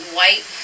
white